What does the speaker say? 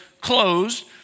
closed